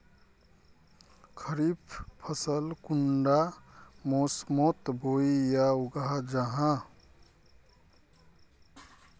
खरीफ फसल कुंडा मोसमोत बोई या उगाहा जाहा?